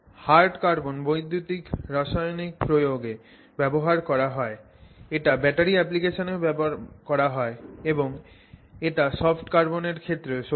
hard carbon বৈদ্যুতিক রাসায়নিক প্রয়োগে ব্যবহার করা হয় এটা ব্যাটারি অ্যাপ্লিকেশনেও ব্যবহার করা হয় এবং এটা সফট কার্বনের ক্ষেত্রেও সত্যি